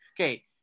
Okay